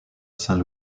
saint